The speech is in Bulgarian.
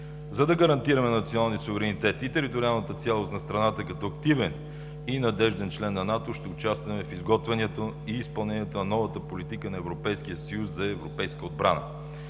За да гарантираме националния суверенитет и териториалната цялост на страната, като активен и надежден член на НАТО, ще участваме в изготвянето и изпълнението на новата политика на Европейския съюз за европейска отбрана.